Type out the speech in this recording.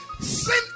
sin